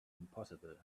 impossible